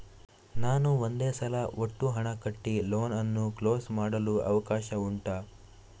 ನಾನು ಒಂದೇ ಸಲ ಒಟ್ಟು ಹಣ ಕಟ್ಟಿ ಲೋನ್ ಅನ್ನು ಕ್ಲೋಸ್ ಮಾಡಲು ಅವಕಾಶ ಉಂಟಾ